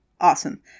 Awesome